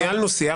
ניהלנו שיח.